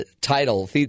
title